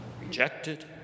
rejected